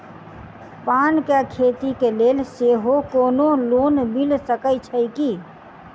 पान केँ खेती केँ लेल सेहो कोनो लोन मिल सकै छी की?